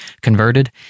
converted